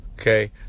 Okay